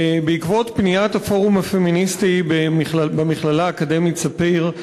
בעקבות פניית הפורום הפמיניסטי במכללה האקדמית "ספיר",